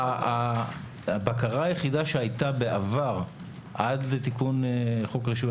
הבקרה היחידה שהיתה בעבר עד לתיקון חוק רישוי